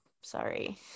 sorry